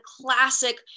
classic